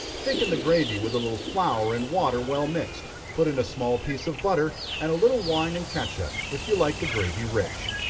thicken the gravy with a little flour and water well mixed, put in a small piece of butter, and a little wine and catsup, if you like the gravy rich.